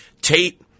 Tate